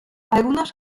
algunas